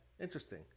Interesting